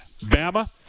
Bama